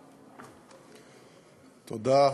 תודה.